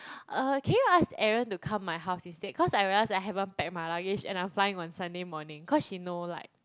uh can you ask Aaron to come my house instead cause I realised I haven't pack my luggage and I'm flying on Sunday morning cause she know like